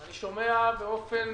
אני שומע באופן